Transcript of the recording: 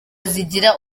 zigira